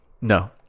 No